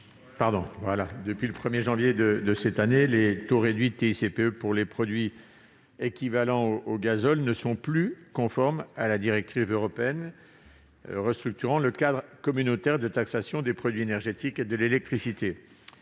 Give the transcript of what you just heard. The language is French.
la commission ? Depuis le 1 janvier de cette année, les taux réduits de TICPE pour les produits équivalents au gazole ne sont plus conformes à la directive restructurant le cadre communautaire de taxation des produits énergétiques et de l'électricité.